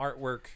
artwork